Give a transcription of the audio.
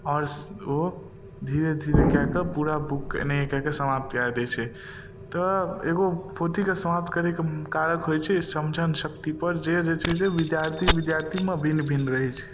आओर ओ धीरे धीरे कए कऽ पूरा बुक एनहिये कए कऽ समाप्त कऽ दै छै तऽ एगो पोथीके समाप्त करैके कारक होइछै समझन शक्तिपर जे छै से विद्यार्थी विद्यार्थी मे भिन भिन रहै छै